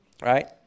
right